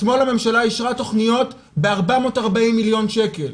אתמול הממשלה אישרה תוכניות ב-440 מיליון שקל,